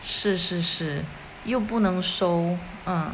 是是是又不能收哦